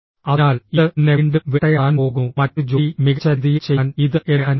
അതിനാൽ ഇത് എന്നെ വീണ്ടും വേട്ടയാടാൻ പോകുന്നു മറ്റൊരു ജോലി മികച്ച രീതിയിൽ ചെയ്യാൻ ഇത് എന്നെ അനുവദിക്കില്ല